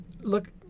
look